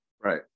right